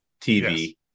TV